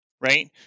right